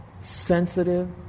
sensitive